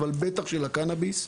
אבל בטח של הקנביס.